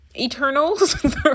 eternals